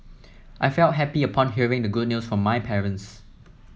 I felt happy upon hearing the good news from my parents